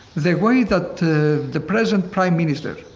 the way that the the present prime minister